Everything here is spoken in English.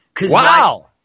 Wow